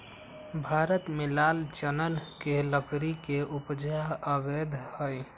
भारत में लाल चानन के लकड़ी के उपजा अवैध हइ